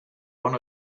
one